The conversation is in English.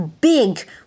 big